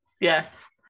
yes